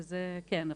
כן,